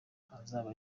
azaba